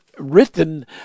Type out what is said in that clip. written